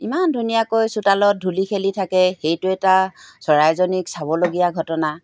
ইমান ধুনীয়াকৈ চোতালত ধূলি খেলি থাকে সেইটো এটা চৰাইজনীক চাবলগীয়া ঘটনা